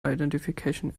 identification